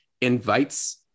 invites